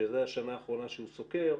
שזו השנה האחרונה שהוא סוקר,